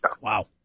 Wow